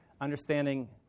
understanding